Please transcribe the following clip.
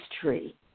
tree